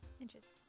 Interesting